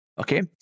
okay